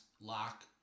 lock